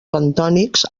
bentònics